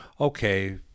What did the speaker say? Okay